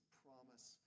promise